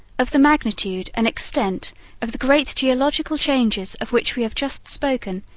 of the magnitude and extent of the great geological changes of which we have just spoken,